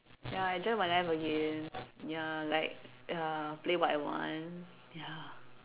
ya enjoy my life again ya like uh play what I want ya